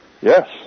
Yes